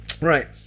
Right